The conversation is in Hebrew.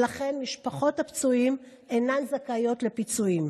ולכן משפחות הפצועים אינן זכאיות לפיצויים.